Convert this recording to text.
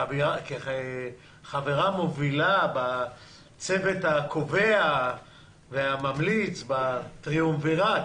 כחברה מובילה בצוות הקובע והממליץ בטריאומווירט,